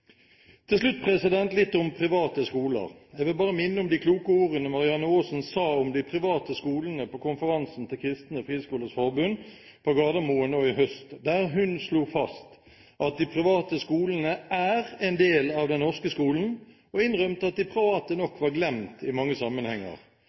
Til slutt litt om private skoler. Jeg vil bare minne om de kloke ordene Marianne Aasen sa om de private skolene på konferansen til Kristne Friskolers Forbund på Gardermoen nå i høst, der hun slo fast at de private skolene er en del av den norske skolen, og innrømte at de private